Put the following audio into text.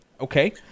Okay